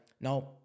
no